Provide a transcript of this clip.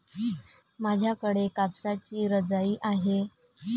माझ्याकडे कापसाची रजाई आहे